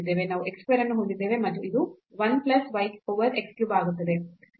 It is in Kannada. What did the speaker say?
ನಾವು x square ಅನ್ನು ಹೊಂದಿದ್ದೇವೆ ಮತ್ತು ಇದು 1 plus y over x cube ಆಗುತ್ತದೆ